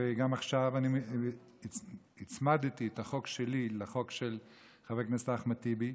וגם עכשיו הצמדתי את ההצעה שלי להצעת החוק של חבר הכנסת אחמד טיבי.